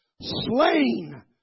slain